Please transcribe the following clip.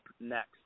next